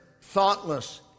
thoughtless